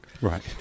right